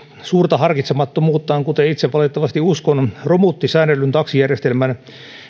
suurta harkitsemattomuuttaan kuten itse valitettavasti uskon romutti säännellyn taksijärjestelmän